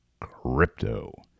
crypto